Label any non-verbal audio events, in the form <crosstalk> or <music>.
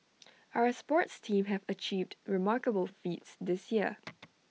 our sports teams have achieved remarkable feats this year <noise>